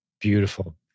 Beautiful